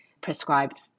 prescribed